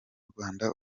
rwanda